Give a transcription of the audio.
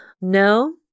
no